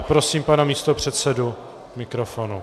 Prosím pana místopředsedu k mikrofonu.